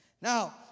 Now